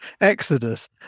Exodus